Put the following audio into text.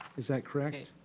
is that correct?